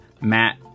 Matt